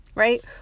right